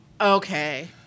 okay